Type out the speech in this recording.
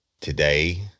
today